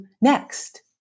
next